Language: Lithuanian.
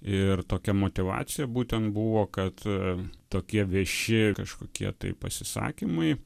ir tokia motyvacija būtent buvo kad tokie vieši kažkokie tai pasisakymai